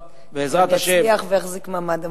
שיצליח ויחזיק מעמד.